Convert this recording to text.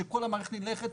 שכל המערכת נדרכת?